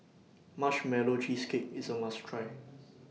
Marshmallow Cheesecake IS A must Try